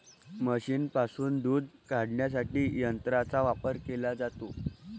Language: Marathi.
म्हशींपासून दूध काढण्यासाठी यंत्रांचा वापर केला जातो